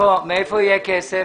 מאיפה יהיה כסף?